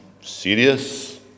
serious